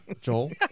Joel